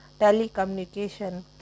telecommunication